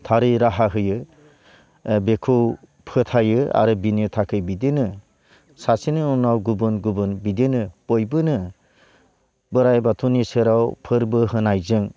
थारै राहा होयो ओ बेखौ फोथायो आरो बिनि थाखै बिदिनो सासेनि उनाव गुबुन गुबुन बिदिनो बयबोनो बोराइ बाथौनि सेराव फोरबो होनायजों